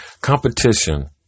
Competition